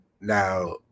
now